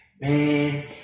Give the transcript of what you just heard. man